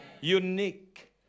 unique